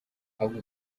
ahubwo